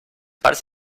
parts